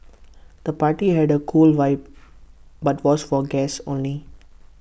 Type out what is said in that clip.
the party had A cool vibe but was for guests only